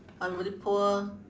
everybody poor